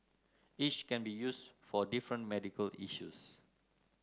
each can be used for different medical issues